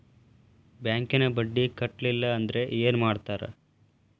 ಬ್ಯಾಂಕಿನ ಬಡ್ಡಿ ಕಟ್ಟಲಿಲ್ಲ ಅಂದ್ರೆ ಏನ್ ಮಾಡ್ತಾರ?